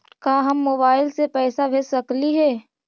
का हम मोबाईल से पैसा भेज सकली हे?